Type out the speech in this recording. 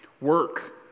Work